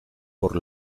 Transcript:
por